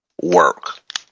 work